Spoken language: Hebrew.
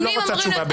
את לא רוצה תשובה באמת.